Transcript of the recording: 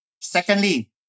Secondly